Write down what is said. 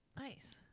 Nice